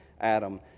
Adam